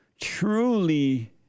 truly